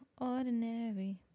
ordinary